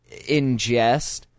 ingest